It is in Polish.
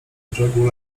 brzegu